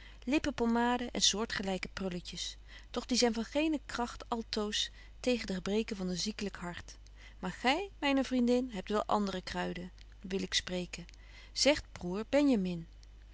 lippenpommade en soortgelyke prulletjes doch die zyn van geene kragt altoos tegen de gebreken van een ziekelyk hart maar gy myne vriendin hebt wel betje wolff en aagje deken historie van mejuffrouw sara burgerhart andre kruiden wil ik spreken zegt broêr benjamin